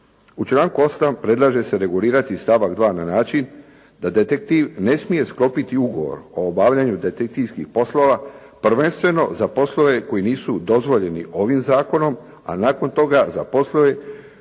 U članku 8. predlaže se regulirati stavak 2. na način da detektiv ne smije sklopiti ugovor o obavljanju detektivskih poslova prvenstveno za poslove koji nisu dozvoljeni ovim zakonom a nakon toga za poslove